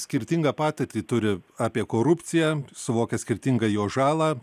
skirtingą patirtį turi apie korupciją suvokia skirtingai jo žalą